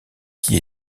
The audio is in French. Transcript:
qui